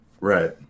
Right